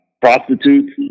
prostitutes